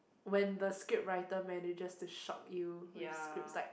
when the scriptwriter manages to shock you with scripts like